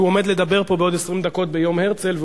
שהוא עומד לדבר פה בעוד 20 דקות ביום הרצל,